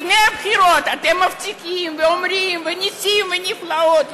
לפני הבחירות אתם מבטיחים ואומרים, ונסים ונפלאות.